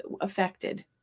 affected